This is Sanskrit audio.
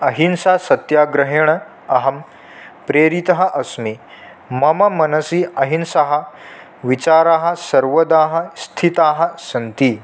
अहिंसा सत्याग्रहेण अहं प्रेरितः अस्मि मम मनसि अहिंसाविचाराः सर्वदा स्थिताः सन्ति